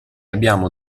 abbiamo